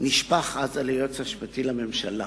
נשפך אז על היועץ המשפטי לממשלה,